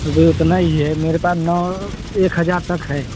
अभी उतना ही है मेरे पास नौ एक हज़ार तक है